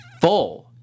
full